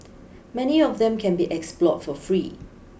many of them can be explored for free